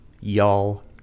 y'all